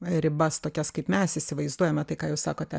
ribas tokias kaip mes įsivaizduojame tai ką jūs sakote